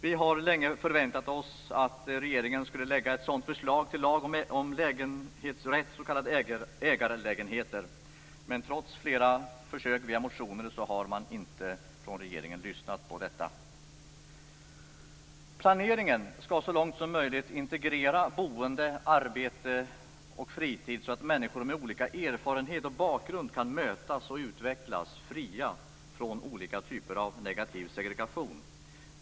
Vi har länge förväntat oss att regeringen skulle lägga fram ett förslag till lag om lägenhetsrätt, s.k. ägarlägenheter. Trots flera försök via motioner om detta har man från regeringen inte lyssnat. Planeringen skall så långt möjligt integrera boende, arbete och fritid så att människor med olika erfarenhet och bakgrund kan mötas och utvecklas, fria från olika typer av negativ segregation.